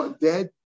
dead